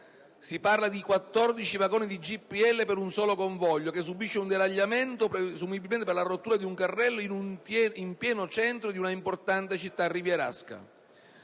Si parla di 14 vagoni di GPL contenuti in un solo convoglio che subisce un deragliamento, presumibilmente per la rottura di un carrello, in pieno centro di una importante città rivierasca.